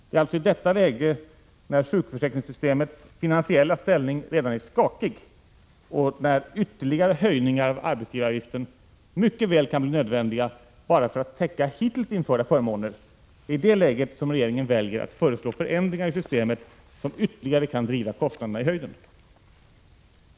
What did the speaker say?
Det är alltså i detta läge — när sjukförsäkringssystemets finansiella ställning redan är skakig och när ytterligare höjningar av arbetsgivaravgiften mycket väl kan bli nödvändiga bara för att täcka hittills införda förmåner — som regeringen väljer att föreslå förändringar i systemet som ytterligare kan driva kostnaderna i höjden.